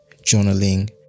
journaling